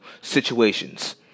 situations